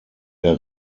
der